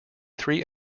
three